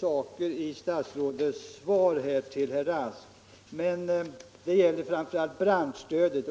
saker i statsrådets svar till herr Rask. Det gäller framför allt branschstödet.